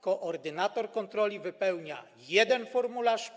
Koordynator kontroli wypełnia jeden formularz.